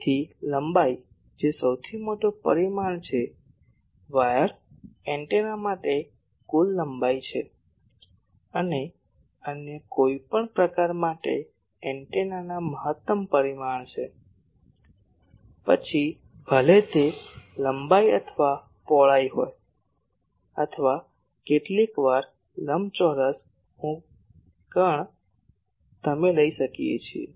તેથી લંબાઈ જે સૌથી મોટો પરિમાણ છે વાયર એન્ટેના માટે આ કુલ લંબાઈ છે અન્ય કોઈપણ પ્રકાર માટે એન્ટેનાના મહત્તમ પરિમાણ છે પછી ભલે તે લંબાઈ અથવા પહોળાઈ હોય અથવા કેટલીકવાર લંબચોરસ હું કર્ણ તમે લઈ શકીએ